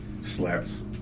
Slaps